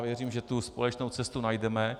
Věřím, že společnou cestu najdeme.